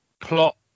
plot